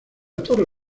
torre